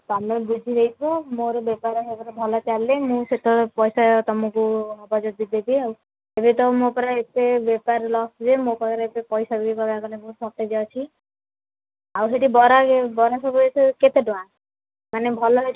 ତୁମେ ବୁଝି ଦେଇଥାଅ ମୋର ବେପାର ଫେପାର ଭଲ ଚାଲିଲେ ମୁଁ ସେତେବେଳେ ପଇସା ତୁମକୁ ବଜେଟ୍ରେ ଦେବି ଆଉ ଏବେ ତ ମୋ ପାଖରେ ଏତେ ବେପାର ଲସ୍ ଯେ ମୋ ପାଖରେ ଏବେ ପଇସା ବି କହିବାକୁ ଗଲେ ବହୁତ ସଟେଜ୍ ଅଛି ଆଉ ସେଠି ବରା ଇଏ ବରା ସବୁ କେତେ ଟଙ୍କା ମାନେ ଭଲ ସେଠି ସବୁ